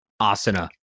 Asana